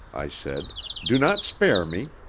i said do not spare me.